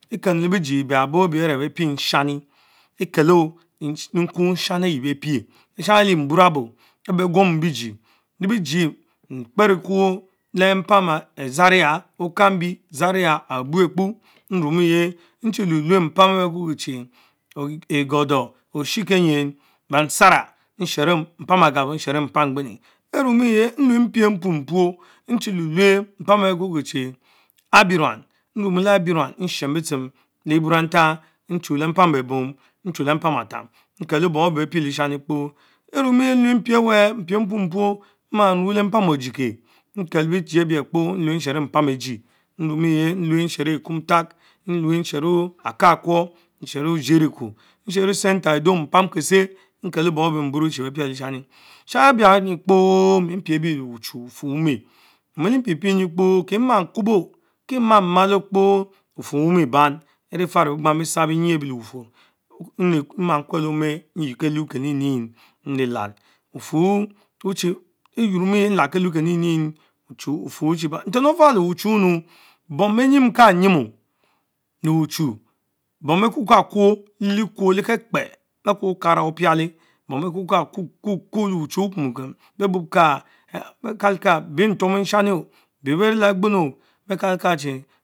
Nken le biejie ebiabo ebie are beh pie nshani, Ekelo nka nehamis ehh reh beh pie, leshani erie mburabo eyie bekwoma bejie, mkperikwp le mpoum e zaria, Okambi Rama, abuekpu, nnumuyieh nenie chie lue mpama enh beby Kukie chie Egordor, Ognie kenen, bansara, трат Agabo, nehero mpam qbenyi, enamiye nue mpie mpupuo nchi die Luch mpam auch beh Kukie chil abi-enman, nghen. bitchem, Leh elorantah nehue le mpam ebom, nehu le mpan attam, nkelo pom eben beh pie leshani kpor, enumen nue mpie ewer, mpie mриорио ruch leh mpam Ojieke nkel bechie ebien bepo nue nohero mpam ajie nrummen. nue nohero Ekantak, nhue nohero akakwor, nshero Jericho Ma Center Idum mpan kele nkero pom bom ebe mburen chi be piel Leshani, beshari biamyie Kpo mpie ebi lebuchy ufur omch, milch piepie miekpo tie ma kubo, kie ma malokpo bufurr umie ban ene faro begbang besarrebich lebufurr, mma kuel le omeh nyee Keme Keninie nlelal. erumen nlal ketue keninie bufurr chie bam, nten ofah Le buchunu bom beynks. nyiemun re-uchu, bom beh kwokakuso le lie kurr lekekpe akue Okara opiale, bom beh Kurka ku ku kao le wuchu be bobka, beh, beinkaleliesha- nie on beh bee me la Aqbenu on be kalkachie.